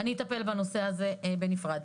אטפל בנושא הזה בנפרד.